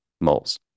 moles